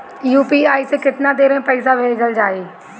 UPI से केतना देर मे पईसा भेजा जाई?